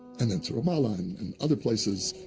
and then to ramallah, and and other places,